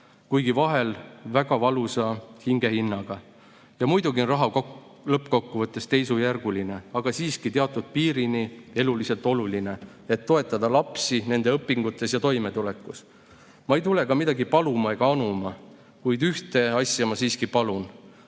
kuigi vahest väga valusa hingehinnaga. Ja muidugi on raha lõppkokkuvõttes teisejärguline, aga siiski teatud piirini eluliselt oluline, et toetada lapsi nende õpingutes ja toimetulekus. Ma ei tule ka paluma ega anuma. Kuid palun ainult üht – palun